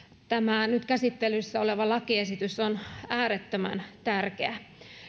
tämä nyt käsittelyssä oleva lakiesitys on äärettömän tärkeä